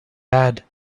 bad